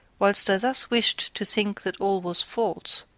whilst i thus wished to think that all was false,